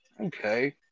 Okay